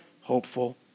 hopeful